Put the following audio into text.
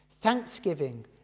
Thanksgiving